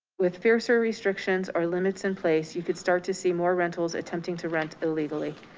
with fiercer restrictions or limits in place, you could start to see more rentals attempting to rent illegally.